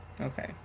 Okay